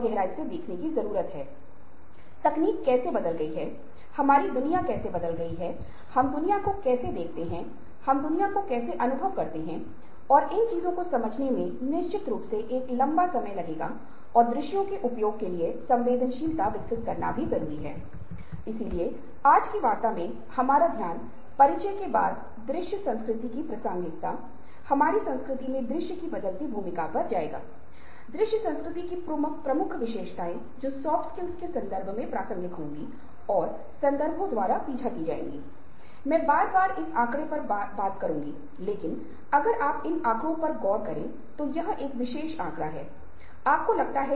गहन सोच और समस्या को हल करना 21 वीं सदी के व्यक्तियों के लिए आवश्यक कौशल माना जाता है क्योंकि हर जगह आपको पेशेवर जीवन के साथ साथ व्यक्तिगत जीवन में भी गहन सोच और समस्याओं को सुलझाने के कौशल की आवश्यकता होती है